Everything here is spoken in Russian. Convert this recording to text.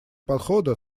подхода